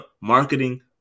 marketing